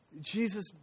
Jesus